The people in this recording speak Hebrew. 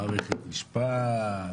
מערכת משפט,